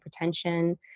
hypertension